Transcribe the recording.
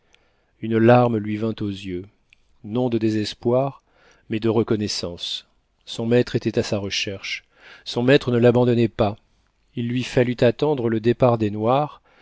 une larme lui vint aux yeux non de désespoir mais de reconnaissance son maître était à sa recherche son maître ne l'abandonnait pas il lui fallut attendre le départ des noirs